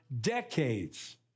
decades